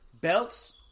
belts